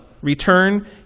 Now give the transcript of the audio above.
return